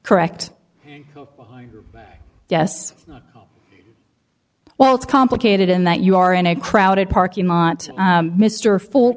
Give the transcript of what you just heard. correct yes well it's complicated in that you are in a crowded parking lot mr ful